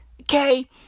Okay